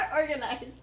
organized